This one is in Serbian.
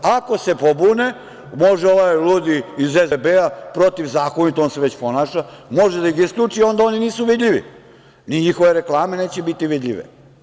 Ako se pobune, može ovaj ludi iz SBB-a protivzakonito, jer on se već ponaša tako, da ih isključi i onda oni nisu vidljivi, ni njihove reklame neće biti vidljive.